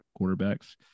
quarterbacks